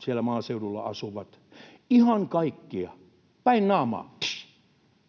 siellä maaseudulla asuvat, ihan kaikkia päin naamaa.